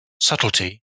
subtlety